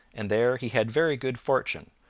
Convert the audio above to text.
and there he had very good fortune,